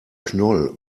knoll